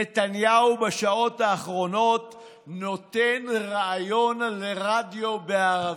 נתניהו בשעות האחרונות נותן ריאיון לרדיו בערבית.